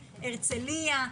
הרצליה,